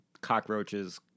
cockroaches